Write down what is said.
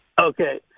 Okay